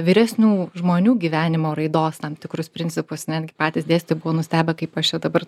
vyresnių žmonių gyvenimo raidos tam tikrus principus netgi patys dėstytojai buvo nustebę kaip aš čia dabar